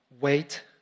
wait